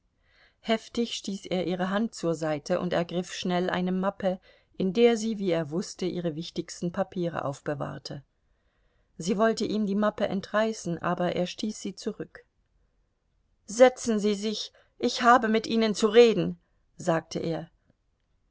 heftig stieß er ihre hand zur seite und ergriff schnell eine mappe in der sie wie er wußte ihre wichtigsten papiere aufbewahrte sie wollte ihm die mappe entreißen aber er stieß sie zurück setzen sie sich ich habe mit ihnen zu reden sagte er